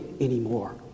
anymore